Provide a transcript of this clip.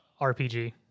RPG